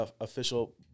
official